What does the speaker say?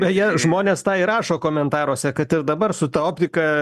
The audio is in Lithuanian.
beje žmonės tą ir rašo komentaruose kad ir dabar su ta optika